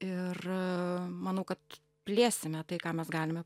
ir manau kad plėsime tai ką mes galime